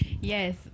yes